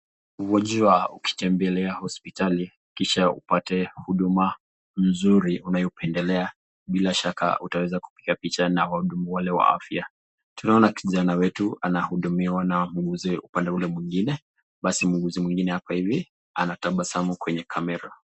Wajua ukitembelea hospitali kisha upate huduma mzuri unayopendelea ,bila shaka utaweza kupiga picha na wahudumu wale wa afya. Tunaona kijana wetu anahudumiwa na muuguzi upande ule mwingine, basi muuguzi mwingine hapa ivi anatabasamu kwenye kamera.